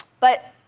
but